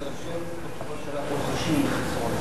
שיירשם שאנחנו חשים בחסרונם.